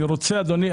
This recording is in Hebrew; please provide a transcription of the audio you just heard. אדוני,